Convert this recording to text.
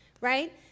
Right